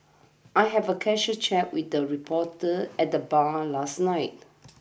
I have a casual chat with the reporter at the bar last night